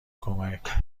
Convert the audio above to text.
کمک